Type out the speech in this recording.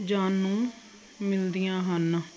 ਜਾਣ ਨੂੰ ਮਿਲਦੀਆਂ ਹਨ